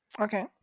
okay